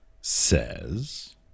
says